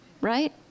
right